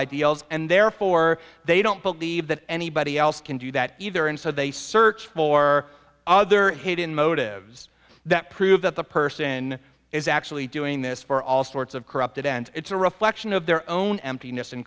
ideals and therefore they don't believe that anybody else can do that either and so they search for other hidden motives that prove that the person is actually doing this for all sorts of corrupted and it's a reflection of their own emptiness